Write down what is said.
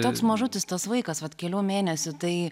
toks mažutis tas vaikas vat kelių mėnesių tai